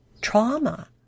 trauma